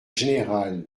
général